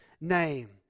name